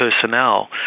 personnel